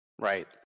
Right